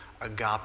agape